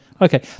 Okay